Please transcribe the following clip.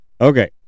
okay